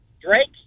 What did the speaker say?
Drake